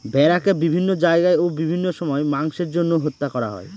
ভেড়াকে বিভিন্ন জায়গায় ও বিভিন্ন সময় মাংসের জন্য হত্যা করা হয়